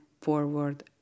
forward